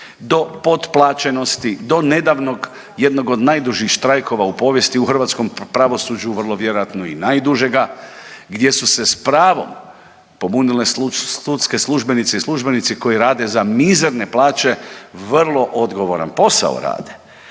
do potplaćenosti, do nedavnog jednog od najdužih štrajkova u povijesti u hrvatskom pravosuđu vrlo vjerojatno i najdužega gdje su se s pravom pobunile sudske službenice i službenici koji rade za mizerne plaće vrlo odgovoran posao rade.